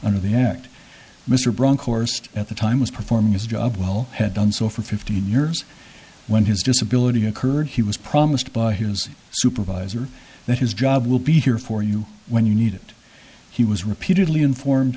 under the act mr bronckhorst at the time was performing his job well had done so for fifteen years when his disability occurred he was promised by his supervisor that his job will be here for you when you need it he was repeatedly informed